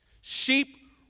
Sheep